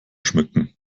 schmücken